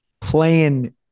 playing